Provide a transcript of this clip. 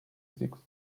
six